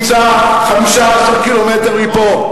נמצא 15 ק"מ מפה.